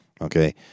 Okay